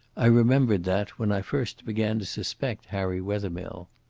i remembered that when i first began to suspect harry wethermill.